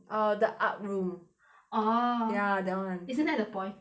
err the art room orh ya that [one] isn't that the boy